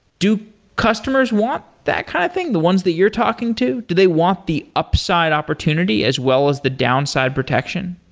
do customers want that kind of thing, the ones that you're talking to? do they want the upside opportunity as well as the downside protection?